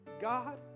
God